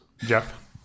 Jeff